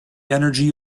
energy